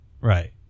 Right